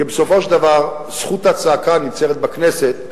כי בסופו של דבר זכות הצעקה ננצרת בכנסת,